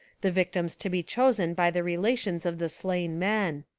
the victims to be chosen by the relations of the slain men.